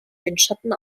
windschatten